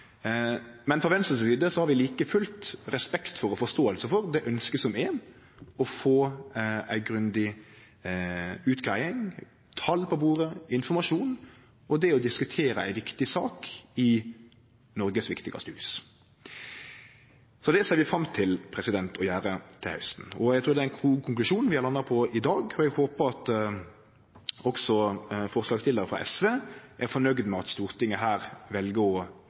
men frå Venstre si side har vi like fullt respekt for og forståing for det ønsket som er: å få ei grundig utgreiing, tal på bordet, informasjon, og det å diskutere ei viktig sak i Noregs viktigaste hus. Det ser eg fram til å gjere til hausten. Eg trur det er ein god konklusjon vi har landa på i dag, og eg håpar at også forslagsstillaren frå SV er fornøgd med at Stortinget vel å